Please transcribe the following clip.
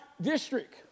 district